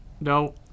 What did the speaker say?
No